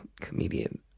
comedian